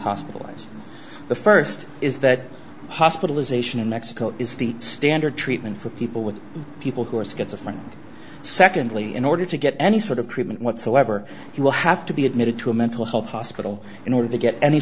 hospitalized the first is that hospitalization in mexico is the standard treatment for people with people who are schizophrenia secondly in order to get any sort of treatment whatsoever he will have to be admitted to mental health hospital in order to get any